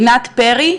עינת פרי,